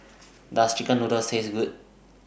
Does Chicken Noodles Taste Good